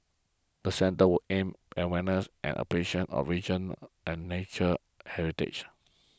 the centre will aim awareness and appreciation a region's and natural heritage